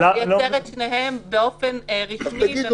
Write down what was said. לייצר את שניהם באופן רשמי --- הבנתי.